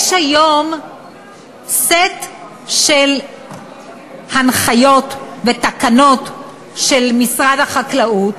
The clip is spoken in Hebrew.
יש היום סט של הנחיות ותקנות של משרד החקלאות,